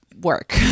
work